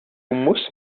musst